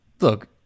look